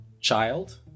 child